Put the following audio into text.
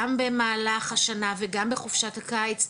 גם במהלך השנה וגם בחופשת הקיץ,